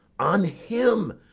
on him!